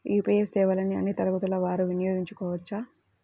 UPI సేవలని అన్నీ తరగతుల వారు వినయోగించుకోవచ్చా?